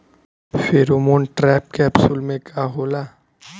Pheromone trap capsule में का होला?